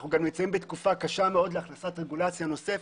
אנחנו גם נמצאים בתקופה קשה מאוד להכנסת רגולציה נוספת,